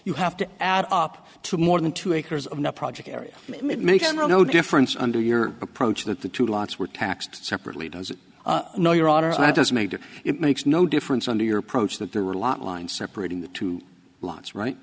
you have to add up to more than two acres of the project area it makes no difference under your approach that the two lots were taxed separately does it no your honor i've just made it makes no difference under your approach that there were a lot line separating the two